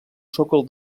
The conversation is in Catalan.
sòcol